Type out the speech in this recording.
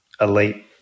elite